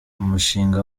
umushinga